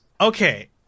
Okay